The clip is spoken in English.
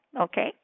okay